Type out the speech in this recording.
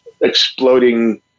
exploding